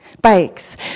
bikes